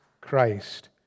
Christ